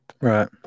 Right